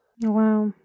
Wow